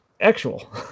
actual